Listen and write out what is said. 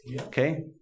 Okay